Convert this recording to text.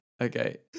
Okay